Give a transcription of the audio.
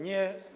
Nie.